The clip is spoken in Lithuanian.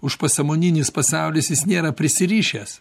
užpasąmoninis pasaulis jis nėra prisirišęs